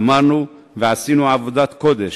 אמרנו, ועשינו עבודת קודש.